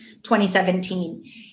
2017